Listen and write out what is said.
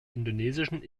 indonesischen